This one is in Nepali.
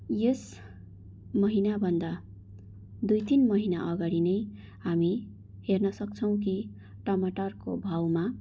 यस महिनाभन्दा दुई तिन महिना अगाडि नै हामी हेर्न सक्छौँ कि टमाटरको भाउमा